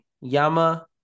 Yama